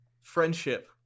Friendship